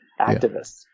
activists